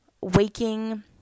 waking